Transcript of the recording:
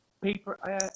paper